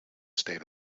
state